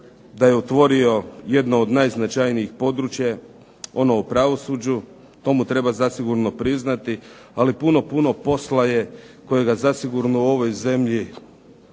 da je otvorio jedno od najznačajnijih područja, ono o pravosuđu, to mu treba zasigurno priznati, ali puno puno posla je kojega zasigurno u ovoj zemlji